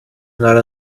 not